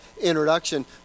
introduction